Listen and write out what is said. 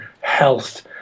health